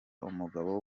umugabo